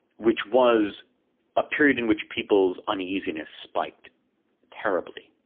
which was a period in which people's uneasiness spiked terribly,